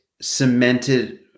cemented